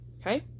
Okay